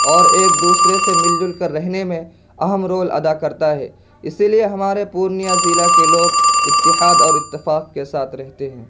اور ایک دوسرے سے مل جل کر رہنے میں اہم رول ادا کرتا ہے اسی لیے ہمارے پورنیہ ضلع کے لوگ اتحاد اور اتفاق کے ساتھ رہتے ہیں